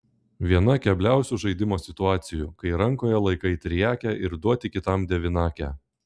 viena kebliausių žaidimo situacijų kai rankoje laikai triakę ir duoti kitam devynakę